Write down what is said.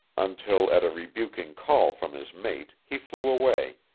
until at a rebuking call from his mate he flew away,